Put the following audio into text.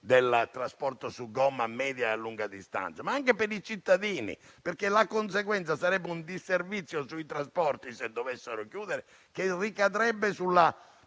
del trasporto su gomma a media e lunga distanza - bensì anche per i cittadini. La conseguenza sarebbe un disservizio sui trasporti, se dovessero chiudere, che ricadrebbe sulla